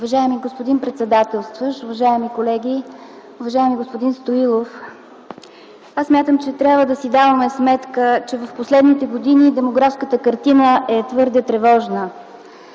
Уважаеми господин председател, уважаеми колеги, уважаеми господин Стоилов! Смятам, че трябва да си даваме сметка, че през последните години демографската картина е твърде тревожна.